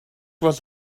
was